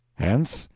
hence,